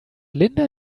linda